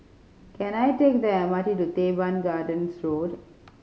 can I take the M R T to Teban Gardens Road